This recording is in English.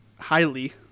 highly